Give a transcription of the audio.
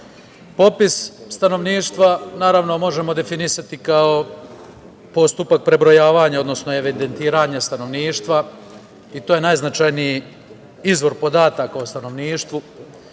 stanovništva možemo definisati kao postupak prebrojavanja odnosno evidentiranja stanovništva i to je najznačajniji izvor podataka o stanovništvu.